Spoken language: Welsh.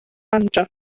banjo